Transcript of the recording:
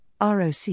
ROC